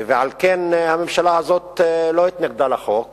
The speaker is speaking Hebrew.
ועל כן הממשלה הזאת לא התנגדה לחוק